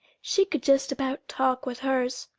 she could just about talk with hers.